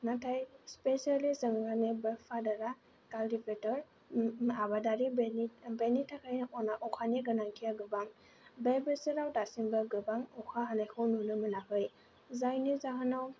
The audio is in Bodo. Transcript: नाथाय स्पेसियेलि जोंहानिबो फाडारआ कालटिभेटर आबादारि आबादारि बेनि थाखाय अना अखानि गोनांथिआ गोबां बे बोसोराव दासिमबो गोबां अखा हानायखौ नुनो मोनाखै जायनि जाहोनाव